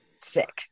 sick